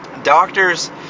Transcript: Doctors